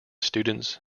students